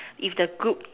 if the group